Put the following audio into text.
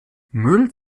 müll